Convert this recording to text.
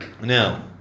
now